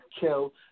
kill